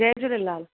Jay Jhulelal